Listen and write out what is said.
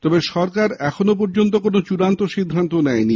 তবে সরকার এখনও কোন চূড়ান্ত সিদ্ধান্ত নেয়নি